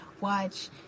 watch